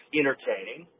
entertaining